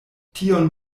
tion